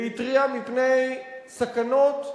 והתריע מפני סכנות,